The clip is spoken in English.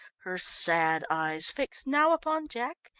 her sad eyes fixed now upon jack,